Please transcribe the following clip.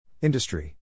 Industry